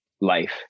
life